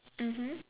mmhmm